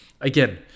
again